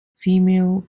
female